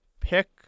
pick